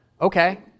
Okay